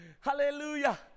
hallelujah